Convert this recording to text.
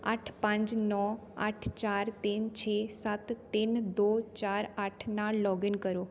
ਅੱਠ ਪੰਜ ਨੌ ਅੱਠ ਚਾਰ ਤਿੰਨ ਛੇ ਸੱਤ ਤਿੰਨ ਦੋ ਚਾਰ ਅੱਠ ਨਾਲ ਲੌਗਇਨ ਕਰੋ